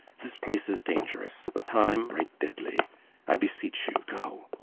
this place is dangerous the time right deadly i beseech you, go.